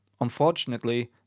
Unfortunately